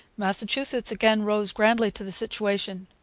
massachusetts again rose grandly to the situation.